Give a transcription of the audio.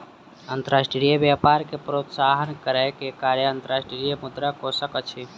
अंतर्राष्ट्रीय व्यापार के प्रोत्साहन करै के कार्य अंतर्राष्ट्रीय मुद्रा कोशक अछि